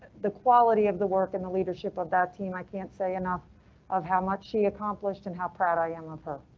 the quality of the work in the leadership of that team. i can't say enough of how much she accomplished and how proud i am of her.